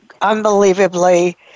unbelievably